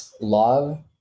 love